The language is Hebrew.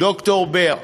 ד"ר בר.